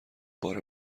بار